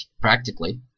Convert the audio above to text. practically